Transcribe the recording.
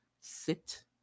sit